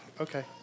Okay